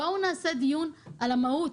בואו נעשה דיון על המהות,